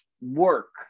work